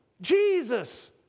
Jesus